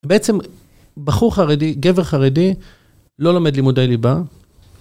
בעצם בחור חרדי, גבר חרדי, לא לומד לימודי ליבה.